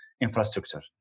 infrastructure